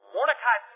Mordecai